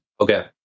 Okay